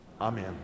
Amen